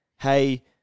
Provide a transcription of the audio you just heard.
hey